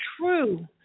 true